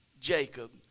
Jacob